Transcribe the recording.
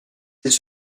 c’est